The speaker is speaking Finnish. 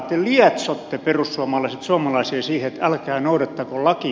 te lietsotte perussuomalaiset suomalaisia siihen että älkää noudattako lakia